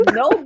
no